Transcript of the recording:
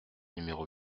numéro